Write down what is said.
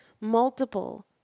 multiple